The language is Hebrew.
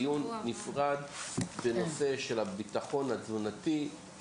דיון נפרד בנושא של הביטחון התזונתי,